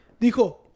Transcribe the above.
dijo